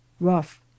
rough